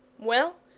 well,